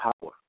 power